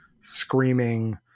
screaming